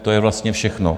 To je vlastně všechno.